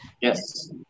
Yes